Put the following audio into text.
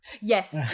Yes